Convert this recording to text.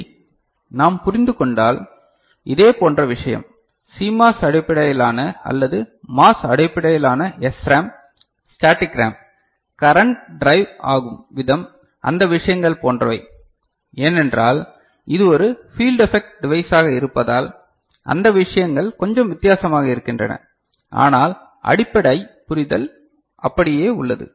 D நாம் புரிந்து கொண்டால் இதேபோன்ற விஷயம் CMOS அடிப்படையிலான அல்லது MOS அடிப்படையிலான SRAM static RAM current drive ஆகும் விதம் அந்த விஷயங்கள் போன்றவை ஏனென்றால் இது ஒரு ஃபீல்ட் எஃபெக்ட் டிவைஸாக இருப்பதால் அந்த விஷயங்கள் கொஞ்சம் வித்தியாசமாக இருக்கின்றன ஆனால் அடிப்படை புரிதல் அப்படியே உள்ளது